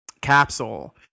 capsule